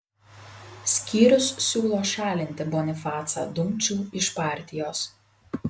skyrius siūlo šalinti bonifacą dumčių iš partijos